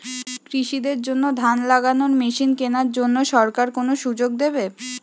কৃষি দের জন্য ধান লাগানোর মেশিন কেনার জন্য সরকার কোন সুযোগ দেবে?